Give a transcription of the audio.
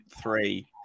three